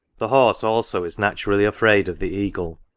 the horse also is naturally afraid of the eagle